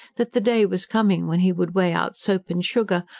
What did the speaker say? that the day was coming when he would weigh out soap and sugar,